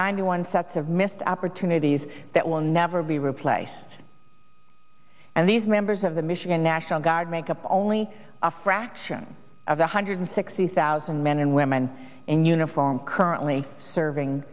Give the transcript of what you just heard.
ninety one sets of missed opportunities that will never be replaced and these members of the michigan national guard make up only a fraction of the hundred sixty thousand men and women in uniform currently serving